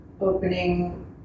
opening